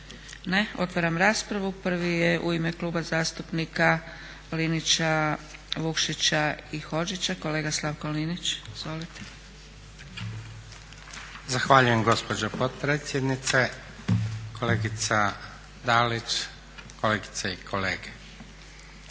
Ne. Otvaram raspravu. Prvi je u ime Kluba zastupnika Linića, Vukšića i Hodžića kolega Slavko Linić. Izvolite. **Linić, Slavko (Nezavisni)** Zahvaljujem gospođo potpredsjednice. Kolegica Dalić, kolegice i kolege.